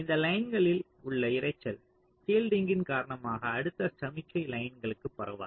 இந்த லைன்களில் உள்ள இரைச்சல் ஷீல்டிங்ன் காரணமாக அடுத்த சமிக்ஞை லைன்க்கு பரவாது